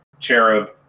Cherub